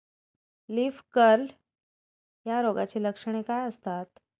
Leaf curl या रोगाची लक्षणे काय असतात?